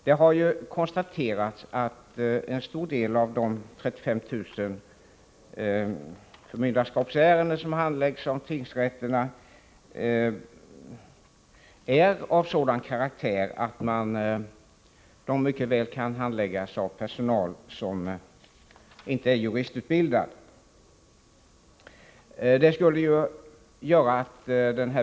Det har konstaterats att en stor del av de 35 000 förmynderskapsärenden som handläggs av tingsrätterna är av sådan karaktär att de mycket väl kan handläggas av personal som inte är juristutbildad.